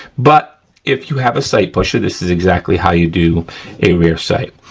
but if you have a sight pusher, this is exactly how you do a rear sight.